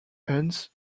hunts